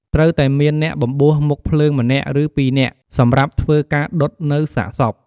ត្រូវតែមានអ្នកបំបួសមុខភ្លើងម្នាក់ឬពីរនាក់ សម្រាប់ធ្វើការដុតនៅសាកសព។